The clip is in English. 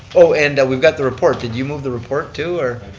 oh, and we've got the report. did you move the report, too, or?